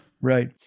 right